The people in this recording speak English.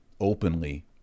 openly